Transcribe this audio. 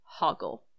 Hoggle